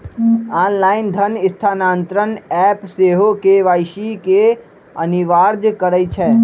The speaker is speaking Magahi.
ऑनलाइन धन स्थानान्तरण ऐप सेहो के.वाई.सी के अनिवार्ज करइ छै